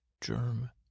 germ